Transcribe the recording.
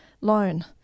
loan